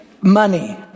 money